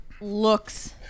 looks